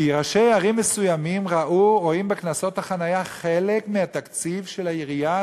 כי ראשי ערים מסוימים רואים בקנסות החניה חלק מהתקציב של העירייה,